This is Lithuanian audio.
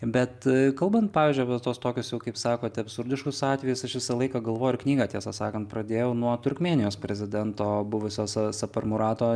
bet kalbant pavyzdžiui apie tuos tokius kaip sakote absurdiškus atvejus aš visą laiką galvojau ir knygą tiesą sakant pradėjau nuo turkmėnijos prezidento buvusio sa saparmurato